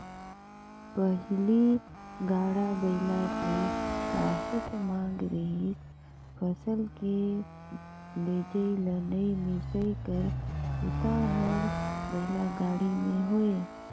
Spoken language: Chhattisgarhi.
पहिली गाड़ा बइला के काहेच मांग रिहिस फसल के लेजइ, लनइ, मिसई कर बूता हर बइला गाड़ी में होये